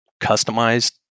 customized